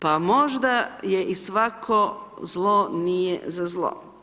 Pa možda je i svako zlo, nije za zlo.